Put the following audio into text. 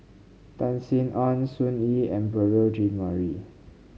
Tan Sin Aun Sun Yee and Beurel Jean Marie